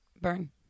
burn